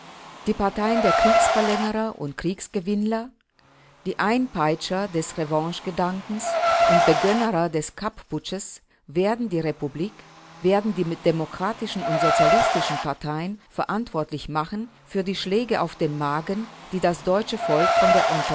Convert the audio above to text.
die parteien der kriegsverlängerer und kriegsgewinnler die einpeitscher des revanchegedankens und begönnerer des kapp-putsches werden die republik werden die demokratischen und sozialistischen parteien verantwortlich machen für die schläge auf den magen die das deutsche volk von der